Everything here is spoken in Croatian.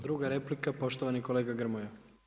Druga replika, poštovani kolega Grmoja.